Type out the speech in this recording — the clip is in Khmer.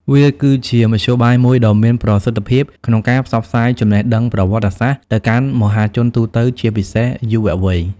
វាគឺជាមធ្យោបាយមួយដ៏មានប្រសិទ្ធភាពក្នុងការផ្សព្វផ្សាយចំណេះដឹងប្រវត្តិសាស្ត្រទៅកាន់មហាជនទូទៅ ជាពិសេសយុវវ័យ។